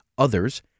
Others